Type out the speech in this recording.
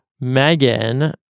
Megan